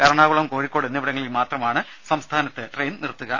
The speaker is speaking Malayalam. എറണാകുളം കോഴിക്കോട് എന്നിവിടങ്ങളിൽ മാത്രമാണ് സംസ്ഥാനത്ത് ട്രെയിൻ നിർത്തുക